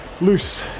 loose